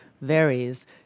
varies